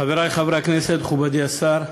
תודה, חברי חברי הכנסת, מכובדי השר,